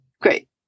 Great